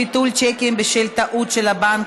ביטול שיקים בשל טעות של הבנק),